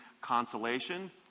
consolation